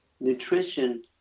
nutrition